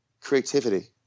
creativity